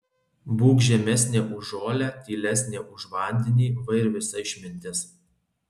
būk žemesnė už žolę tylesnė už vandenį va ir visa išmintis